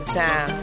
time